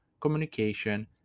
communication